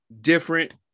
different